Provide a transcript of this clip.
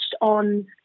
on